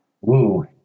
Woo